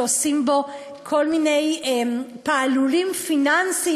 שעושים בו כל מיני פעלולים פיננסיים,